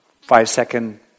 Five-second